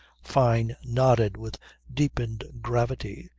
fyne nodded with deepened gravity,